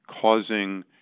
causing